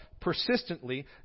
persistently